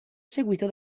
seguito